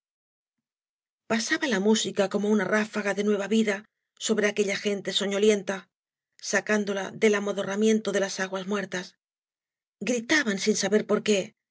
pasaba la música como una ráfaga de nueva vida sobre aquella gente soñolienta sacándola del amodorramiento de las aguas muertas gritaban sin saber por qué